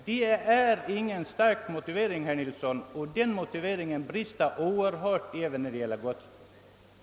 Det är ingen stark motivering, herr Nilsson, och den brister oerhört även när det gäller frågan om nedskärningen av Gotlands representation.